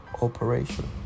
operation